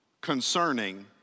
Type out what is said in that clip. concerning